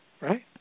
Right